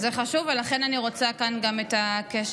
זה חשוב, ולכן אני רוצה כאן גם את הקשב.